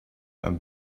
and